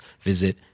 visit